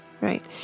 Right